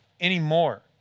anymore